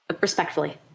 Respectfully